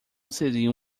seriam